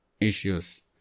issues